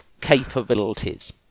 capabilities